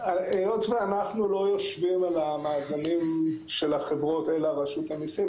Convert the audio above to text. היות שאנחנו לא יושבים על המאגרים של החברות אלא רשות המיסים,